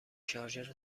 شارژر